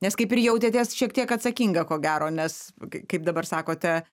nes kaip ir jautėtės šiek tiek atsakinga ko gero nes kai kaip dabar sakote